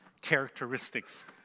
characteristics